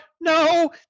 No